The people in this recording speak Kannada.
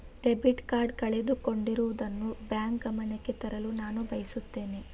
ಡೆಬಿಟ್ ಕಾರ್ಡ್ ಕಳೆದುಕೊಂಡಿರುವುದನ್ನು ಬ್ಯಾಂಕ್ ಗಮನಕ್ಕೆ ತರಲು ನಾನು ಬಯಸುತ್ತೇನೆ